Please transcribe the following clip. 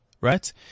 right